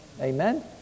Amen